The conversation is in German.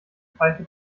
pfeife